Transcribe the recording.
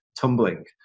tumbling